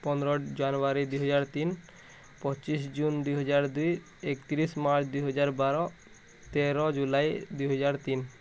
ପନ୍ଦର ଜାନୁୟାରୀ ଦୁଇ ହଜାର ତିନ ପଚିଶ ଜୁନ ଦୁଇ ହଜାର ଦୁଇ ଏକତିରିଶ ମାର୍ଚ୍ଚ ଦୁଇ ହଜାର ବାର ତେର ଜୁଲାଇ ଦୁଇ ହଜାର ତିନ